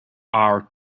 our